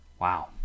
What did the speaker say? Wow